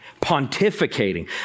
pontificating